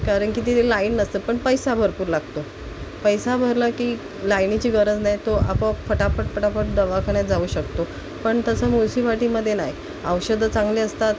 कारण की ते लाईन नसतं पण पैसा भरपूर लागतो पैसा भरला की लायनीची गरज नाही तो आपोआप फटाफट फटाफट दवाखान्यात जाऊ शकतो पण तसं म्युन्सिपाटीमध्ये नाही औषधं चांगली असतात